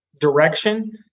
direction